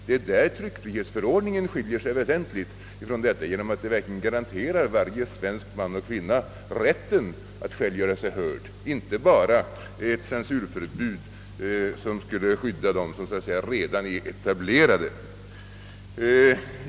Det är på den punkten tryckfrihetsförordningen skiljer sig väsentligt från detta system; den garanterar ju varje svensk man och kvinna rätten att göra sig hörd och innebär inte bara ett censurförbud som skyddar dem som redan är etablerade.